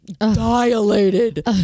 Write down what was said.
dilated